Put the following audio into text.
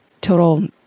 total